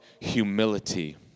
Humility